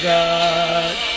God